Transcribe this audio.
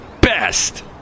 best